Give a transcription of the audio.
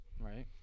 Right